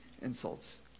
insults